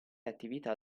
attività